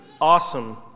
awesome